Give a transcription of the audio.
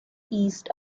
east